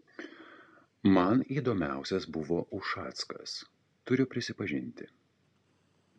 man įdomiausias buvo ušackas turiu prisipažinti